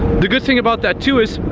the good thing about that too is,